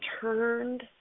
turned